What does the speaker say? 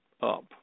up